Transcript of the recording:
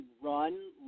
run